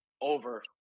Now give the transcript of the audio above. over